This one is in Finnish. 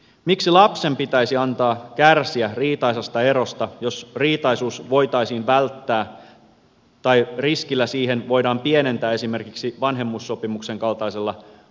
miksi lapsen pitäisi antaa kärsiä riitaisasta erosta jos riitaisuus voitaisiin välttää tai riskiä siihen voidaan pienentää esimerkiksi vanhemmuussopimuksen kaltaisella uudistuksella